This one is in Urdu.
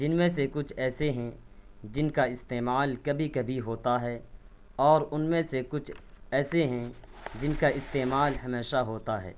جن میں سے کچھ ایسے ہیں جن کا استعمال کبھی کبھی ہوتا ہے اور ان میں سے کچھ ایسے ہیں جن کا استعمال ہمیشہ ہوتا ہے